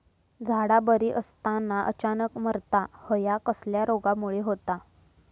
झाडा बरी असताना अचानक मरता हया कसल्या रोगामुळे होता?